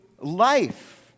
life